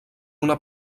una